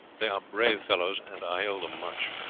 they are brave fellows and i owe them much.